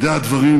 יודע דבר.